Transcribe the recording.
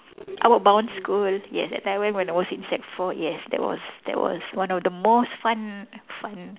outward bound school yes that time I went when I was in sec four yes that was that was one of the most fun fun